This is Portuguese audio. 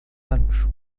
anos